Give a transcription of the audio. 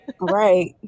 Right